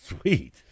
Sweet